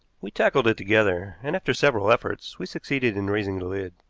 we tackled it together, and, after several efforts, we succeeded in raising the lid.